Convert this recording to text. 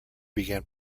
began